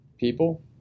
people